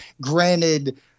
granted